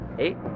Eight